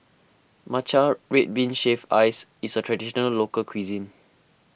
Matcha Red Bean Shaved Ice is a Traditional Local Cuisine